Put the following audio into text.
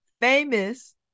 famous